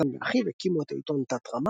דותן ואחיו הקימו את העיתון "תתרמה",